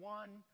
one